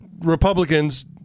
Republicans